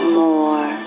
more